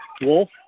Wolf